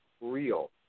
real